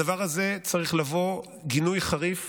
לדבר הזה צריך לבוא גינוי חריף